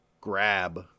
grab